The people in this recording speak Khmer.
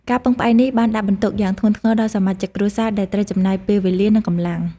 ការពឹងផ្អែកនេះបានដាក់បន្ទុកយ៉ាងធ្ងន់ធ្ងរដល់សមាជិកគ្រួសារដែលត្រូវចំណាយពេលវេលា និងកម្លាំង។